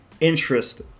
interest